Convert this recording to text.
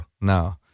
No